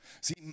See